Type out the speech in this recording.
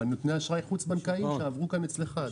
נותני אשראי חוץ בנקאיים שעברו אצלך.